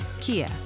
Kia